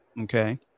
Okay